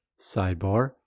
Sidebar